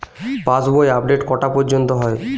পাশ বই আপডেট কটা পর্যন্ত হয়?